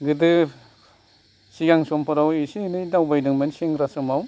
गोदो सिगां समफोराव एसे एनै दावबायदोंमोन सेंग्रा समाव